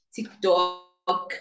TikTok